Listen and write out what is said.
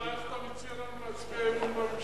אז השר, איך אתה מציע לנו להצביע אמון בממשלה?